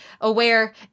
aware